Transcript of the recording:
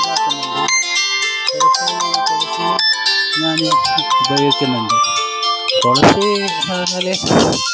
ഞാൻ ഉപയോഗിക്കുന്നുണ്ട് തുളസി എന്നു പറഞ്ഞാൽ